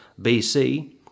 BC